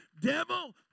devil